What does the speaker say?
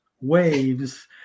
waves